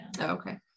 okay